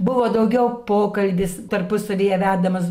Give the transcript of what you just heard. buvo daugiau pokalbis tarpusavyje vedamas